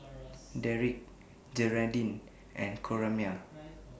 Derik Jeraldine and Coraima